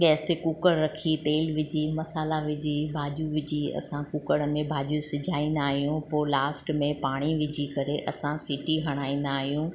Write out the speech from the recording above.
gas ते कूकरु रखी तेल विझी मसाला विझी भाॼियूं विझी असां कूकर में भाॼियूं सिजाईंदा आहियूं पोइ लास्ट में पाणी विझी करे असां सीटी हणाईंदा आहियूं